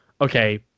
okay